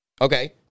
Okay